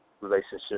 relationship